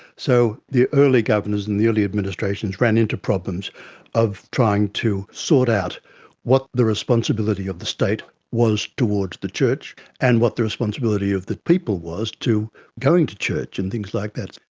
so the early governors and the early administrations ran into problems of trying to sort out what the responsibility of the state was towards the church and what the responsibility of the people was to going to church and things like that.